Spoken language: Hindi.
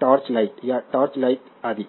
टार्च लाइट या सर्च लाइट आदि